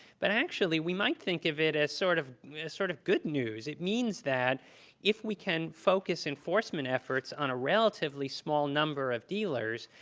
but actually we might think of it as sort of a sort of good news. it means that if we can focus enforcement efforts on a relatively small number of dealers,